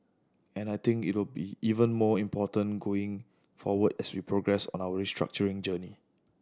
and I think it will be even more important going forward as we progress on our restructuring journey